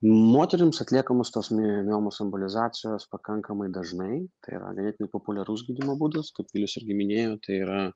moterims atliekamos tos mi miomos embolizacijos pakankamai dažnai tai yra ganėtinai populiarus gydymo būdas kaip vilius irgi minėjo tai yra